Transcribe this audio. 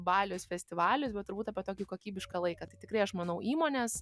balius festivalius bet turbūt apie tokį kokybišką laiką tai tikrai aš manau įmonės